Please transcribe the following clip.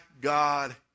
God